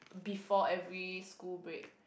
before every school break